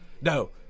No